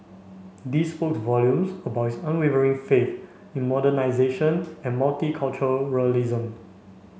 this spoke volumes about his unwavering faith in modernisation and multiculturalism